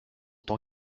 tant